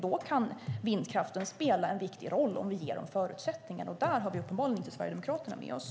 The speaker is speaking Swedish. Då kan vindkraften spela en viktig roll om den ges förutsättningar. Där har vi uppenbarligen inte Sverigedemokraterna med oss.